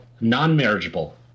non-marriageable